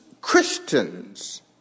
Christians